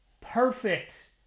perfect